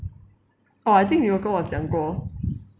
orh I think 你有跟我讲过